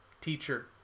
teacher